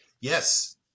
Yes